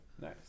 Nice